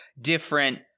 different